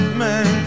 man